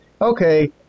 Okay